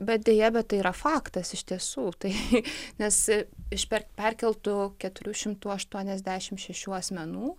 bet deja bet tai yra faktas iš tiesų tai nes iš perk perkeltų keturių šimtų aštuoniasdešimt šešių asmenų